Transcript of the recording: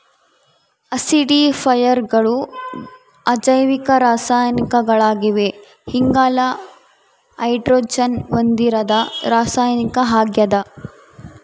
ಆಸಿಡಿಫೈಯರ್ಗಳು ಅಜೈವಿಕ ರಾಸಾಯನಿಕಗಳಾಗಿವೆ ಇಂಗಾಲ ಹೈಡ್ರೋಜನ್ ಹೊಂದಿರದ ರಾಸಾಯನಿಕ ಆಗ್ಯದ